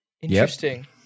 Interesting